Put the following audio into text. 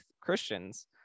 Christians